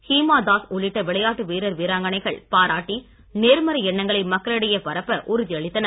ஹீமா தாஸ் உள்ளிட்ட விளையாட்டு வீரர் விராங்கனைகள் பாராட்டி நேர்மறை எண்ணங்களை மக்களிடையே பரப்ப உறுதி அளித்தனர்